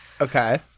Okay